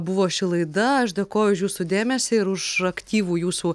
buvo ši laida aš dėkoju jūsų dėmesiui ir už aktyvų jūsų